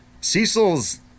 cecil's